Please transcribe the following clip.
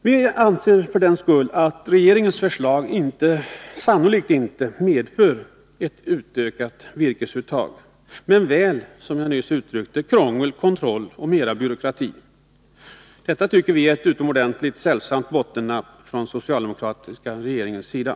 Vi anser därför att regeringens förslag sannolikt inte medför något utökat virkesuttag men väl, som jag nyss sade, krångel, kontroll och byråkrati. Detta tycker vi är ett utomordentligt sällsamt bottennapp från den socialdemokratiska regeringens sida.